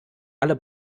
alle